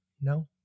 no